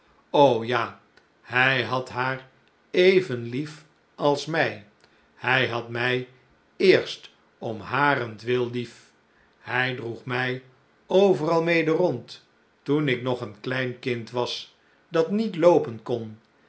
ja hij had haar even lief als mij hij had mij eerst om harentwil lief hij droeg mij overal mede rond toen ik nog een klein kind was dat niet loopen kon